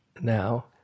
now